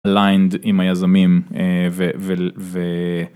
-ליינד עם היזמים. אה, ו-ו-ו...